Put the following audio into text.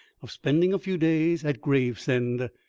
of spending a few days at gravesend,